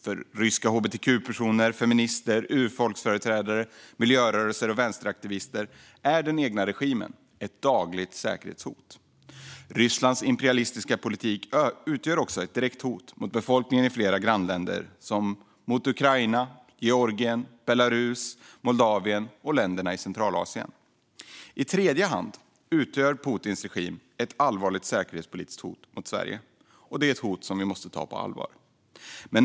För ryska hbtq-personer, feminister, urfolksföreträdare, miljörörelser och vänsteraktivister är den egna regimen ett dagligt säkerhetshot. Rysslands imperialistiska politik utgör för det andra ett direkt hot mot befolkningen i flera grannländer som Ukraina, Georgien, Belarus, Moldavien och länderna i Centralasien. För det tredje utgör Putins regim ett allvarligt säkerhetspolitiskt hot mot Sverige. Det är ett hot som vi måste ta på allvar.